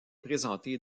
présentée